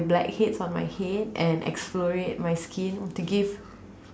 my blackheads on my head and exfoliate my skin to give